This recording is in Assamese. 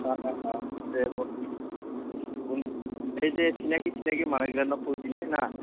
অঁ অঁ অঁ দে মই বুন এই যে চিনাকি চিনাকি মানহকেইজনক কৈ দিলে ন